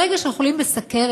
ברגע שאנחנו חולים בסוכרת,